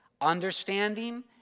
Understanding